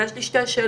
ויש לי שתי שאלות,